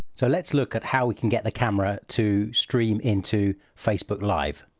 so let's look at how we can get the camera to stream into facebook live.